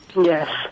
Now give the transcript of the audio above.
Yes